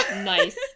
nice